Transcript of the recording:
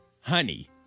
honey